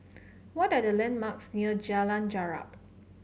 what are the landmarks near Jalan Jarak